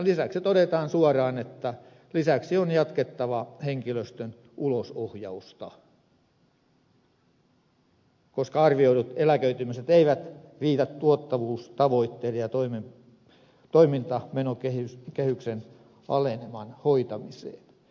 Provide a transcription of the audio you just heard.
lisäksi todetaan suoraan että lisäksi on jatkettava henkilöstön ulosohjausta koska arvioidut eläköitymiset eivät riitä tuottavuustavoitteiden ja toimintamenokehyksen aleneman hoitamiseen